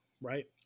right